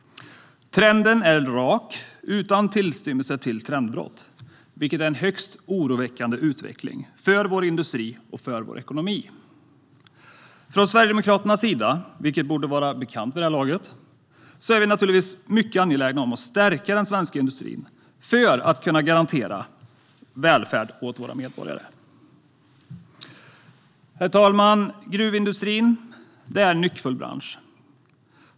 Trenden är rak utan tillstymmelse till trendbrott, vilket är en högst oroväckande utveckling för vår industri och för vår ekonomi. Från Sverigedemokraternas sida är vi, vilket borde vara bekant vid det här laget, naturligtvis mycket angelägna om att stärka den svenska industrin för att kunna garantera välfärd åt våra medborgare. Herr talman! Gruvindustrin är en nyckfull bransch.